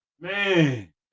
Man